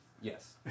Yes